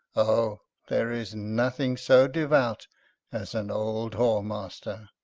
oh! there is nothing so devout as an old whoremaster.